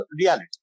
reality